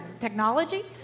technology